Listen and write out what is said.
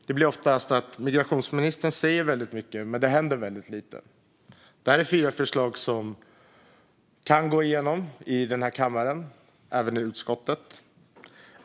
Det blir oftast så att migrationsministern säger väldigt mycket men att väldigt lite händer. Detta är fyra förslag som kan gå igenom i utskottet och i denna kammare.